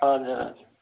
हजुर हजुर